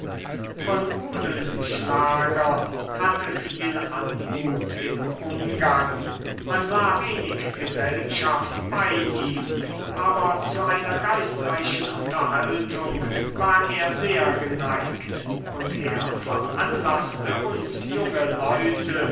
von olenschlager hatte viel anmut im umgang man sah wenig gesellschaft bei ihm aber zu einer geistreichen unterhaltung war er sehr geneigt und er veranlaßte uns junge leute